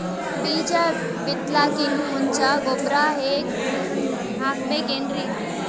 ಬೀಜ ಬಿತಲಾಕಿನ್ ಮುಂಚ ಗೊಬ್ಬರ ಹಾಕಬೇಕ್ ಏನ್ರೀ?